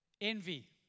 envy